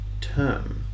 term